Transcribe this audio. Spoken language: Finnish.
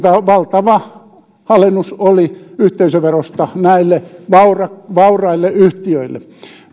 valtava alennus oli yhteisöverosta näille vauraille vauraille yhtiöille